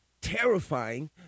terrifying